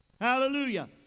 Hallelujah